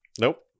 Nope